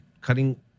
cutting